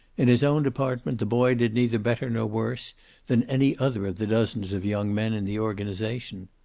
in his own department the boy did neither better nor worse than any other of the dozens of young men in the organization.